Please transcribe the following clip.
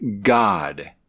god